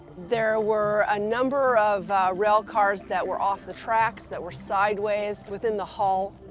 there were a number of rail cars that were off the tracks, that were sideways within the hull.